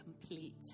complete